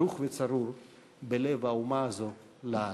ברוך וצרוב בלב האומה הזאת לעד.